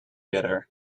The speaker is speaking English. together